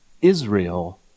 Israel